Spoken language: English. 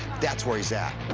that's where he's at.